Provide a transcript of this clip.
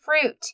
fruit